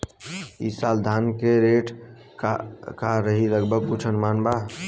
ई साल धान के रेट का रही लगभग कुछ अनुमान बा?